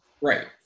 Right